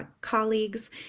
colleagues